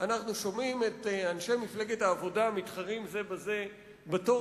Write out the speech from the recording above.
אנחנו שומעים את אנשי מפלגת העבודה מתחרים זה בזה בתור